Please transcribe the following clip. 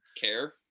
care